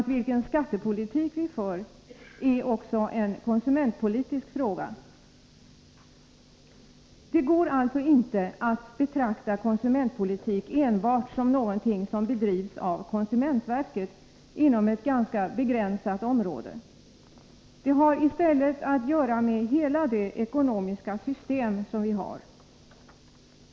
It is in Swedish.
Vilken skattepolitik vi för är följaktligen också en konsumentpolitisk fråga. Det går alltså inte att betrakta konsumentpolitik enbart som någonting som bedrivs av konsumentverket inom ett ganska begränsat område. Konsumentpolitik har i stället att göra med hela det ekonomiska system vi har.